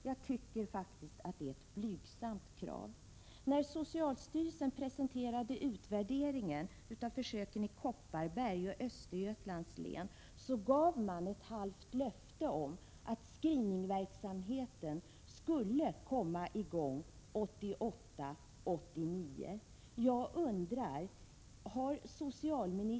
Jag tycker faktiskt att det är ett blygsamt krav.